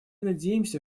надеемся